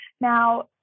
Now